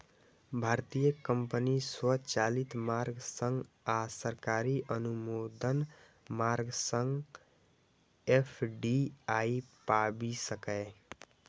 भारतीय कंपनी स्वचालित मार्ग सं आ सरकारी अनुमोदन मार्ग सं एफ.डी.आई पाबि सकैए